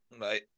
Right